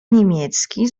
niemiecki